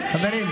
חברים,